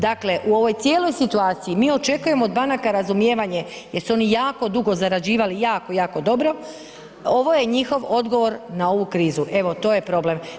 Dakle u ovoj cijeloj situaciji mi očekujemo od banaka razumijevanje jer su oni jako dugo zarađivali jako, jako dobro, ovo je njihov odgovor na ovu krizu, evo to je problem.